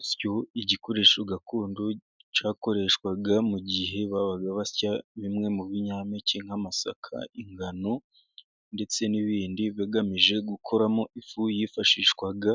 Urusyo，igikoresho gakondo cyakoreshwaga，mu gihe babaga basya bimwe mu binyampeke， nk'amasaka，ingano， ndetse n'ibindi bagamije gukoramo ifu，yifashishwaga